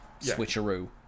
switcheroo